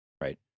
right